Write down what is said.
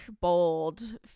bold